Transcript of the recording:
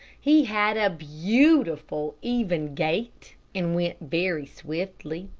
he had a beautiful even gait, and went very swiftly.